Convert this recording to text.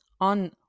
on